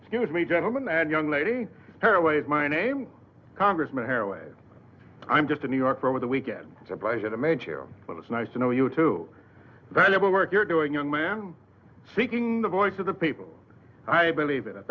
excuse me gentleman and young lady airways my name congressman her way i'm just a new yorker over the weekend it's a pleasure to meet you but it's nice to know you too valuable work you're doing young man seeking the voice of the people i believe in